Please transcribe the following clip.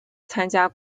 参加